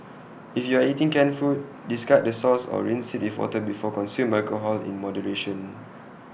if you are eating canned food discard the sauce or rinse IT with water before consume alcohol in moderation